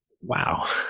wow